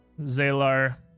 Zaylar